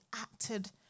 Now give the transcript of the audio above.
acted